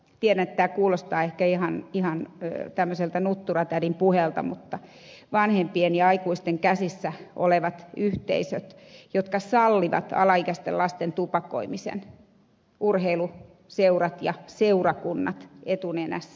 tiedän että tämä kuulostaa ehkä ihan tämmöiseltä nutturatädin puheelta mutta vanhempien ja aikuisten käsissä on yhteisöjä jotka sallivat alaikäisten lasten tupakoimisen urheiluseurat ja seurakunnat etunenässä